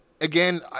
Again